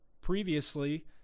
Previously